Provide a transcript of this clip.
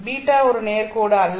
β ஒரு நேர் கோடு அல்ல